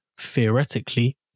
theoretically